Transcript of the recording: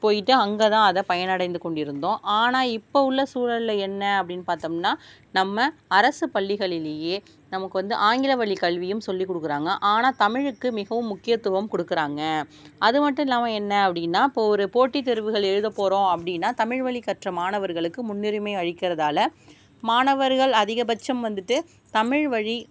போய்விட்டு அங்கே தான் அதை பயனடைந்து கொண்டிருந்தோம் ஆனால் இப்போ உள்ள சூழலில் என்ன அப்படின்னு பார்த்தோம்னா நம்ம அரசு பள்ளிகளிலேயே நமக்கு வந்து ஆங்கில வழி கல்வியும் சொல்லிக் கொடுக்குறாங்க ஆனால் தமிழுக்கு மிகவும் முக்கியத்துவம் கொடுக்குறாங்க அது மட்டும் இல்லாமல் என்ன அப்படினா இப்போ ஒரு போட்டி தேர்வுகள் எழுத போகிறோம் அப்படினா தமிழ் வழிக் கற்ற மாணவர்களுக்கு முன்னுரிமை அளிக்கறதால மாணவர்கள் அதிகபட்சம் வந்துவிட்டு தமிழ் வழி